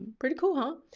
pretty cool, huh?